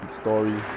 story